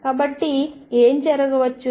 కాబట్టి ఏమి జరగవచ్చు